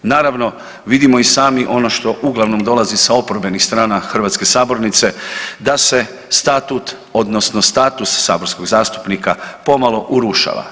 Naravno, vidimo i sami što uglavnom dolazi sa oporbenih strana hrvatske sabornice da se statut odnosno status saborskog zastupnika pomalo urušava.